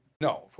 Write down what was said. No